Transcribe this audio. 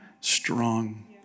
Strong